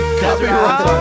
copyright